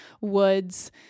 woods